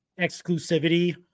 exclusivity